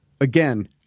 Again